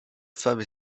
femme